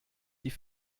die